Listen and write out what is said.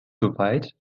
soweit